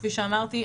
כפי שאמרתי,